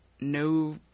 no